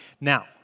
Now